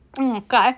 okay